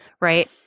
right